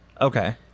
Okay